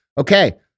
Okay